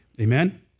Amen